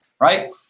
right